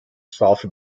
soft